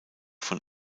von